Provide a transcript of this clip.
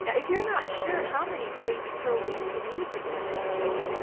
if you're not sure how many days per week you need to do a subject,